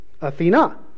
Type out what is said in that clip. Athena